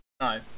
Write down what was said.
No